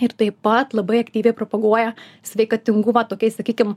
ir taip pat labai aktyviai propaguoja sveikatingumą tokiais sakykim